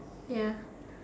ya